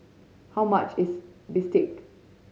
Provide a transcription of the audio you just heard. how much is bistake